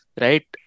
right